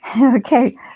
Okay